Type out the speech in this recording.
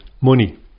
money